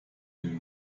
den